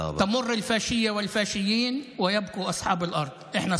הפשיזם והפשיסטים עוברים, ובעלי האדמה יישארו.